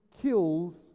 kills